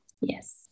Yes